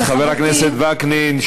חבר הכנסת וקנין,